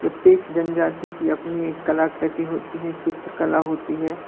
प्रत्येक जनजाति की अपनी एक कलाकृति होती है चित्रकला होती है